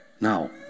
Now